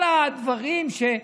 כל הדברים,